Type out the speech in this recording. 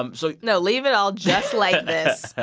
um so. no, leave it all just like this.